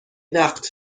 وقت